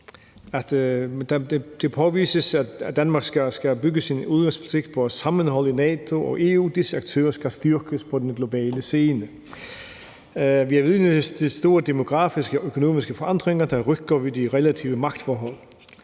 strategien, at Danmark skal bygge sin udenrigspolitik på sammenhold i NATO og EU; disse aktører skal styrkes på den globale scene. Vi er vidne til store demografiske og økonomiske forandringer, der rykker ved de relative magtforhold.